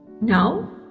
now